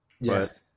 Yes